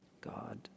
God